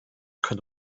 könnte